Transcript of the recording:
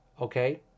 okay